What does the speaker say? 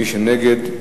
מי שנגד,